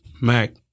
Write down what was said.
mac